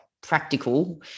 practical